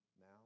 now